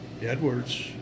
Edwards